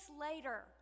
later